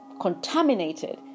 contaminated